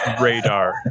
radar